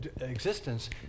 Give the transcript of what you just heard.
existence